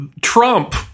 Trump